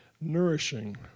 nourishing